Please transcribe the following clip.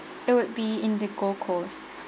it would be in the gold coast